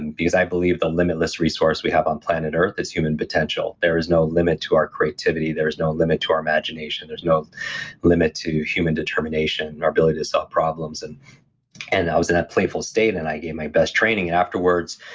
and because i believe the limitless resource we have on planet earth is human potential. there is no limit to our creativity, there is no limit to our imagination, there's no limit to human determination and our ability to solve problems and and i was in that playful state, and i gave my best training, and afterwards,